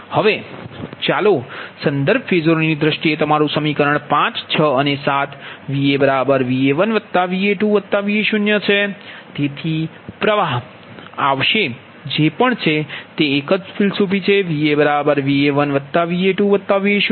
હવે ચાલો સંદર્ભ ફેસોરની દ્રષ્ટિએ તમારું સમીકરણ 5 6 અને 7 VaVa1Va2Va0 છે તેથી પ્ર્વાહ આવશે જે પણ છે એ જ ફિલસૂફી કે VaVa1Va2Va0